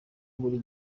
buri